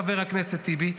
חבר הכנסת טיבי,